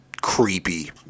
creepy